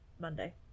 Monday